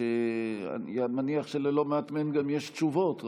שאני מניח שללא מעט מהן יש תשובות,